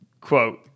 Quote